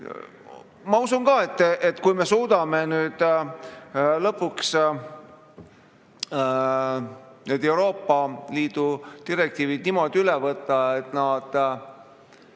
Ma usun ka, et kui me suudame nüüd lõpuks need Euroopa Liidu direktiivid niimoodi üle võtta, et nad,